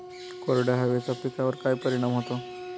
कोरड्या हवेचा पिकावर काय परिणाम होतो?